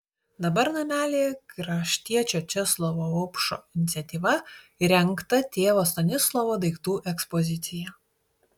dabar namelyje kraštiečio česlovo vaupšo iniciatyva įrengta tėvo stanislovo daiktų ekspozicija